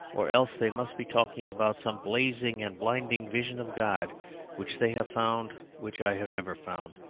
or else they must be talking about some blazing and blinding vision of god which they have found, which i have never found,